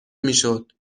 میشد